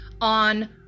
on